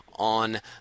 on